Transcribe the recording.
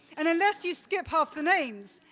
and unless you skip half the names,